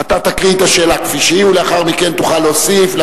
אתה תקריא את השאלה כפי שהיא ולאחר מכן תוכל להוסיף,